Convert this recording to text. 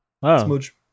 Smudge